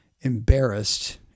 embarrassed